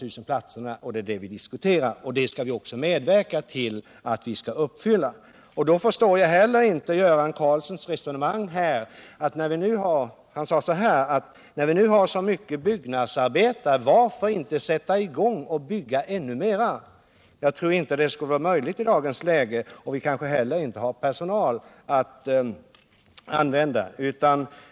Göran Karlsson och jag har tidigare varit överens, och jag utgår ifrån att han står fast vid detta. Jag förstår därför inte Göran Karlssons resonemang att vi nu, när vi har så många arbetslösa byggnadsarbetare, bör sätta i gång och bygga ännu fler daghemsplatser. Jag tror inte att det i dagens läge skulle vara möjligt.